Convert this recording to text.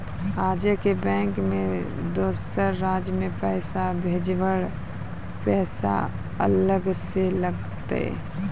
आजे के बैंक मे दोसर राज्य मे पैसा भेजबऽ पैसा अलग से लागत?